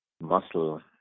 muscle